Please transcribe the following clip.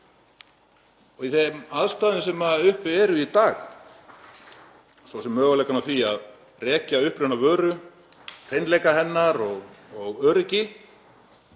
Í þeim aðstæðum sem uppi eru í dag, svo sem möguleikanum á því að rekja uppruna vöru, hreinleika hennar og öryggi,